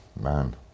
Man